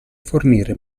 fornire